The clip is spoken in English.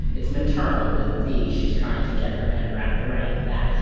it's maternal with vee. she's trying to get her head wrapped around that.